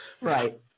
right